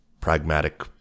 pragmatic